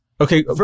Okay